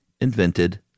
invented